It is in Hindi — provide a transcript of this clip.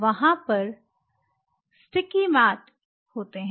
वहां पर स्टिकी मैट होते हैं